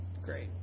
great